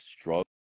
struggle